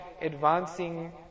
advancing